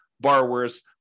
borrowers